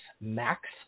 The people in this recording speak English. Max